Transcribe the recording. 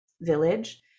village